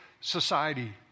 society